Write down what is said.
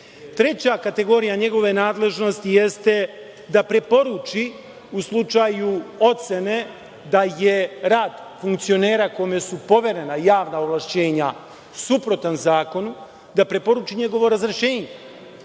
Treća kategorija njegove nadležnosti jeste da preporuči u slučaju ocene da je rad funkcionera kome su poverena javna ovlašćenja suprotan zakonu, da preporuči njegovo razrešenje.